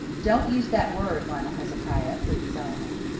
don't use that word, lionel hezekiah, pleaded salome.